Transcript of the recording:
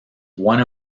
one